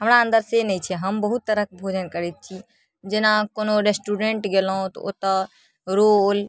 हमरा अन्दर से नहि छै हम बहुत तरहके भोजन करै छी जेना कोनो रेस्टोरेन्ट गेलहुँ तऽ ओतऽ रोल